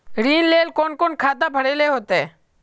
ऋण लेल कोन कोन खाता भरेले होते?